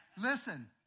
Listen